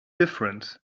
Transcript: difference